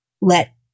let